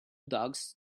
dogs